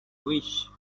wish